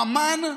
עמאן,